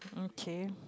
okay